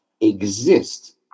exist